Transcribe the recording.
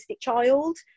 child